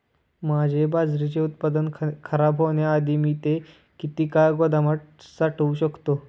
माझे बाजरीचे उत्पादन खराब होण्याआधी मी ते किती काळ गोदामात साठवू शकतो?